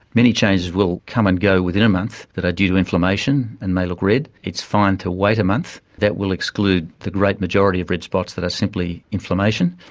many changes will come and go within a month that are due to inflammation and may look red, it's fine to wait a month, that will exclude the great majority of red spots that are simply inflammation.